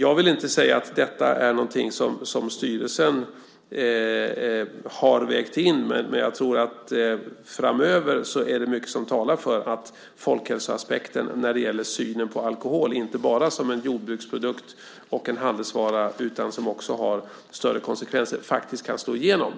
Jag vill inte säga att detta är någonting som styrelsen har vägt in. Men jag tror att det framöver är mycket som talar för att folkhälsoaspekten när det gäller synen på alkohol, inte bara som en jordbruksprodukt och en handelsvara utan som något som också har större konsekvenser, faktiskt kan slå igenom